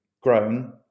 grown